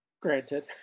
granted